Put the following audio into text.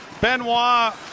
Benoit